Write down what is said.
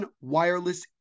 Wireless